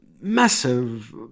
massive